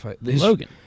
Logan